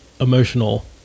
emotional